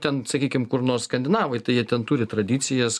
ten sakykim kur nors skandinavai tai jie ten turi tradicijas